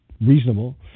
reasonable